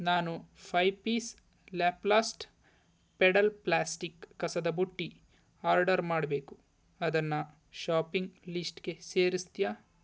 ನಾನು five piece ಲ್ಯಾಪ್ಲಾಸ್ಟ್ pedal plastic ಕಸದ ಬುಟ್ಟಿ ಆರ್ಡರ್ ಮಾಡಬೇಕು ಅದನ್ನು ಷಾಪಿಂಗ್ ಲಿಸ್ಟ್ಗೆ ಸೇರಿಸ್ತೀಯಾ